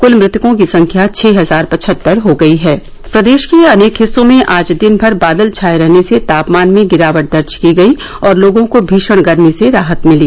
क्ल मृतकों की संख्या छह हजार पचहत्तर हो गई प्रदेश के अनेक हिस्सों में आज दिन भर बादल छाए रहने से तापमान में गिरावट दर्ज की गयी और लोगों को भीषण गर्मी से राहत मिली